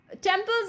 Temples